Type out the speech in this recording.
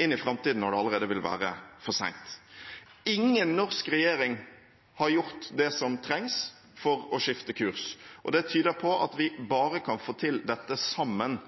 inn i framtiden, når det allerede vil være for sent. Ingen norsk regjering har gjort det som trengs for å skifte kurs, og det tyder på at vi bare kan få til dette sammen.